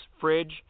fridge